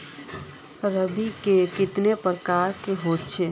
रवि के कते प्रकार होचे?